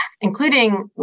including